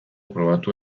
probatu